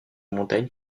montagne